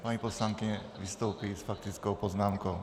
Paní poslankyně vystoupí s faktickou poznámkou.